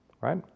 Right